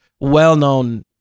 Well-known